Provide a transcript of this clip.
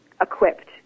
equipped